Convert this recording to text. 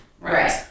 Right